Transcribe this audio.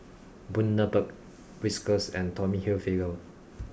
Bundaberg Whiskas and Tommy Hilfiger